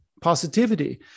positivity